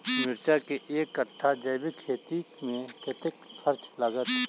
मिर्चा केँ एक कट्ठा जैविक खेती मे कतेक खर्च लागत?